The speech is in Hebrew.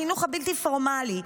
בחינוך הבלתי-פורמלי,